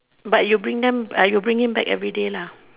but you bring them ah you bring him back everyday lah